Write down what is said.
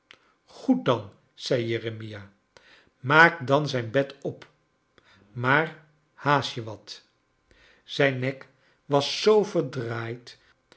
goed dan zei jeremia maak dan zijn bed op maar haast je wat zijn nek was zoo verdraaid